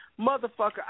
Motherfucker